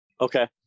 Okay